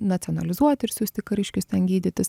nacionalizuoti ir siųsti kariškius ten gydytis